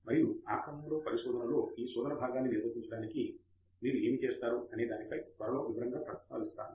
మరియు ఆ క్రమములో పరిశోధనలో ఈ శోధన భాగాన్ని నిర్వహించడానికి మీరు ఏమి చేస్తారు అనే దానిపై త్వరలో వివరముగా ప్రస్తావిస్తాను